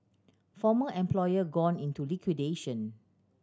former employer gone into liquidation